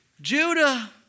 Judah